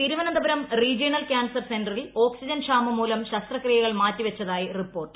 C Thiruvananthapuram regional cancer സെന്ററിൽ oxygen ക്ഷാമം മൂലം ശസ്ത്രക്രിയകൾ ്മാറ്റിവെച്ചതായി റിപ്പോർട്ട്